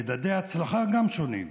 וגם מדדי הצלחה שונים.